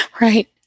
Right